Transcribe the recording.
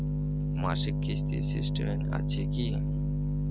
মাসিক কিস্তির সিস্টেম আছে কি?